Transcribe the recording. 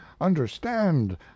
understand